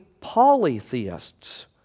polytheists